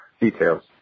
Details